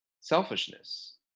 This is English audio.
selfishness